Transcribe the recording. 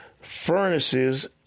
furnaces